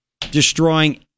destroying